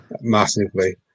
Massively